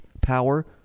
power